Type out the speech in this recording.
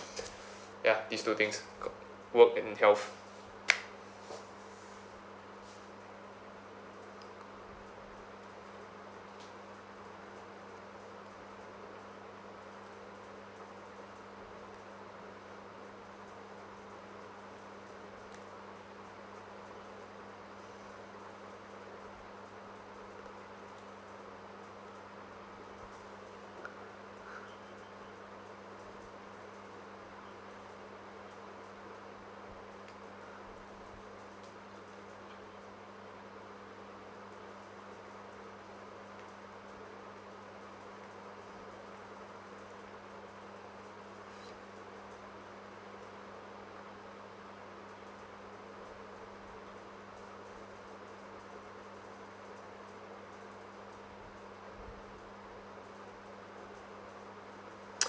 ya these two things work and health